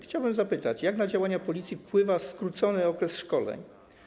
Chciałbym zapytać: Jak na działania policji wpływa skrócony okres szkoleń?